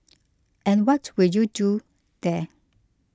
and what will you do there